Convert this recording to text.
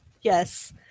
Yes